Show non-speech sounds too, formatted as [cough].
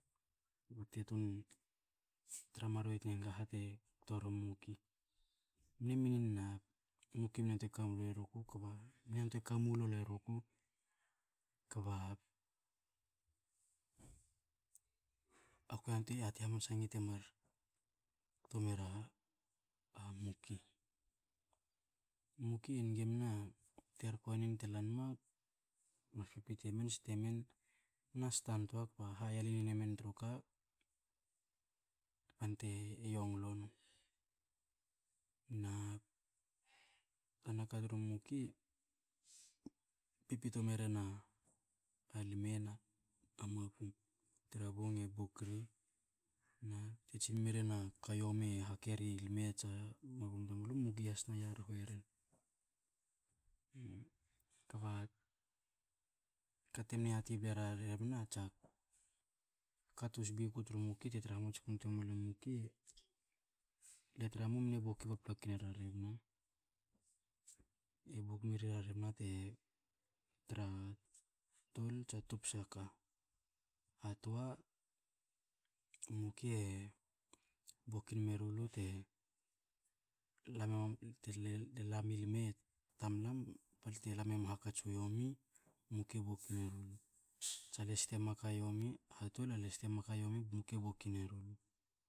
Bte tu tra maruei tange a ha te kto wori muki. Mne minin na muki mte yantuei kamu lol e nu ku kba mne yantuei kamu lol eru ku, kba a kue yantuei yati hamansa te mar kto mera muki. Muki e nge ma te terko nin telanma mas pipito e men, ste men, mne sta ntua, kba hayelenin e men tru ka bamte yonglo nu. Na tanaka tru muki, pipito meren a lme na makum, tra bong e bok ri, na te tsin meren a ka yomi e hakeri lme tsa makum tamlu, muki has tena yorho eren. Kba ka temne yati era rebna tsa, kate sbe e ku tru muki bte tra hamatsku tua emalu a muki, le tra mu mne bok paplaku era rebna. E bok mera rebna te tra tol tsa topse a ka. A toa, muki e bokin meru lu te la memalu [unintelligible] te lami lme tamlam bte lamema u hakats u omi, muki e bok ne ru lu, tsa le sotema aka yomi, hatol, a le sotema aka yomi, muki e bok ne ru lu.